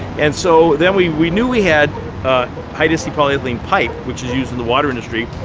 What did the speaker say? and so then we we knew we had high-density polyethylene pipe, which is used in the water industry,